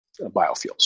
biofuels